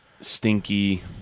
stinky